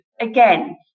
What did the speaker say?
Again